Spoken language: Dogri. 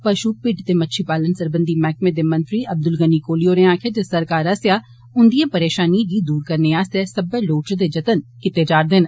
पष्ट भिड्ड ते मच्छी पालन सरबंधी मैहकमे दे मंत्री अब्दुल गनी कोहली होरें आक्खेआ जे सरकार आस्सेआ उन्दिएं परेषानिएं गी दूर करने आस्तै सब्बै लोड़चदे जतन कीते जा'रदे ने